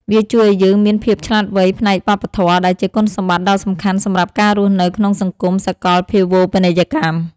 វាជួយឱ្យយើងមានភាពឆ្លាតវៃផ្នែកវប្បធម៌ ដែលជាគុណសម្បត្តិដ៏សំខាន់សម្រាប់ការរស់នៅក្នុងសង្គមសកលភាវូបនីយកម្ម។